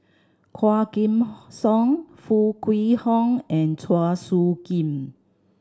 Quah Kim Song Foo Kwee Horng and Chua Soo Khim